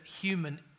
human